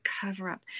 cover-up